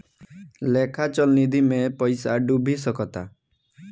लेखा चल निधी मे पइसा डूब भी सकता